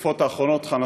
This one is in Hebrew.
ובתקופות האחרונות,